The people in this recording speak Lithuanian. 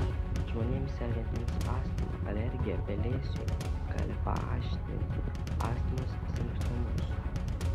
žmonėms sergantiems astma alergija pelėsiui gali paaštrinti astmos simptomus